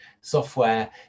software